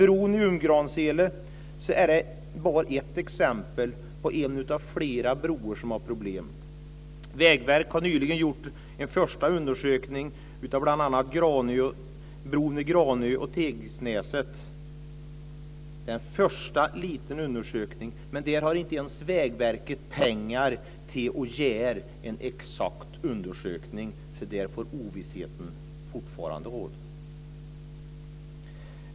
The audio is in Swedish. Bron i Umgramsele var bara ett exempel av flera broar som har problem. Vägverket har nyligen gjort en första undersökning av bl.a. broarna i Granö och Tegsnäset. Det är en första liten undersökning, men Vägverket har inte ens pengar till att göra en exakt undersökning, så där får ovissheten fortfarande råda.